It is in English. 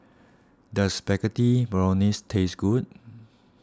does Spaghetti Bolognese taste good